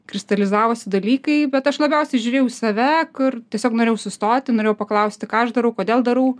kristalizavosi dalykai bet aš labiausiai žiūrėjau į save kur tiesiog norėjau sustoti norėjau paklausti ką aš darau kodėl darau